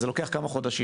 אז זה לוקח כמה חודשים.